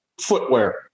footwear